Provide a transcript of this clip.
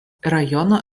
rajono